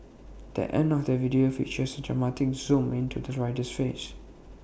the end of the video features A dramatic zoom into the rider's face